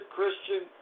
Christian